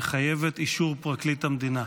המחייבת את אישור פרקליט המדינה.